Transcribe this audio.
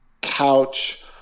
couch